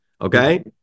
okay